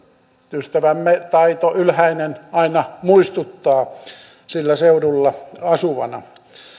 ystävämme taito ylhäinen aina muistuttaa sillä seudulla asuvana